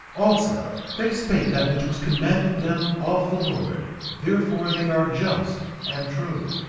also, they spake that which was commanded them of the lord therefore, they are just and true.